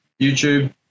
YouTube